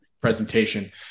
presentation